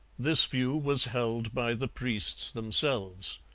this view was held by the priests themselves.